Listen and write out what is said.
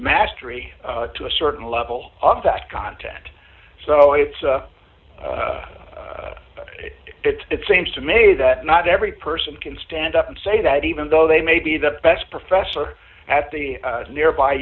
mastery to a certain level of that context so it's it it seems to me that not every person can stand up and say that even though they may be the best professor at the nearby